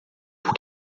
por